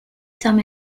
some